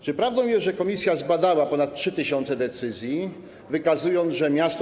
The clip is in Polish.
Czy prawdą jest, że komisja zbadała ponad 3 tys. decyzji, wykazując że m.st.